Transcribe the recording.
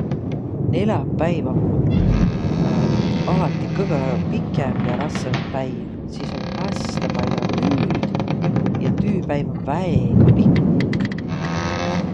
Neläpäiv om alati kõgõ pikemb ja rassõmb päiv. Sis om häste pall'o tüüd ja tüüpäiv om väega pikk.